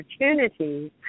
opportunities